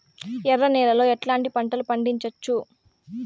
ఎర్ర నేలలో ఎట్లాంటి పంట లు పండించవచ్చు వచ్చు?